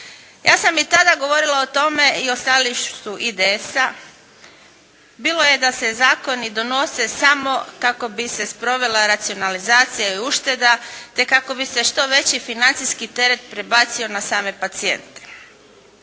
Ja sam i tada govorila o tome i o stajalištu IDS-a, bilo je o tome da se zakoni donose samo kako bi se sprovela racionalizacija i ušteda te kako bi se što veći financijski teret prebacio na same pacijente.